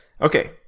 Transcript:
Okay